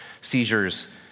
seizures